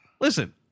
listen